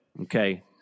okay